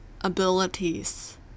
abilities